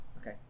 Okay